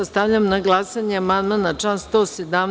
Stavljam na glasanje amandman na član 117.